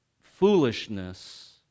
foolishness